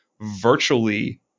virtually